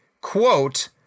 quote